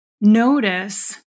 notice